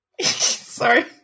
Sorry